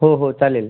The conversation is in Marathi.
हो हो चालेल